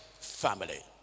family